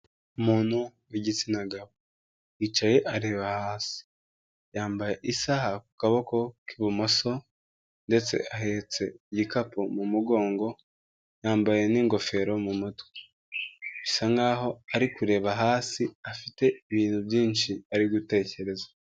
Umuntu w'igitsina gabo. Yicaye areba hasi. Yambaye isaha ku kaboko k'ibumoso, ndetse ahetse igikapu mu mugongo yambaye n'ingofero mu mutwe. Bisa nkaho ari kureba hasi, afite ibintu byinshi ari gutekereza.